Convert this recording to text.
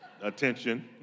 Attention